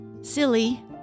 silly